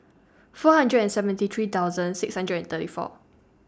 four hundred and seventy three thousand six hundred and thirty four